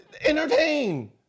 Entertain